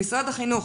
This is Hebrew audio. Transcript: למשרד החינוך